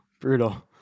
Brutal